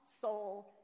soul